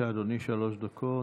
דקות.